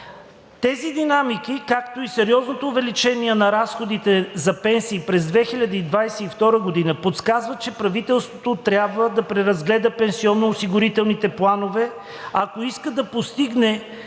Тези динамики, както и сериозното увеличение на разходите за пенсии през 2022 г. подсказват, че правителството трябва да преразгледа пенсионноосигурителните планове, ако иска да постигне